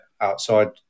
outside